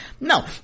No